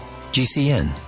GCN